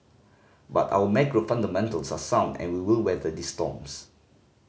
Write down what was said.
but our macro fundamentals are sound and we will weather these storms